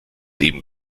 eben